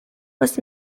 was